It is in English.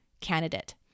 candidate